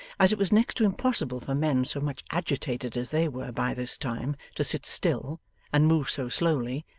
as it was next to impossible for men so much agitated as they were by this time, to sit still and move so slowly,